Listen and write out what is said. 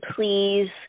please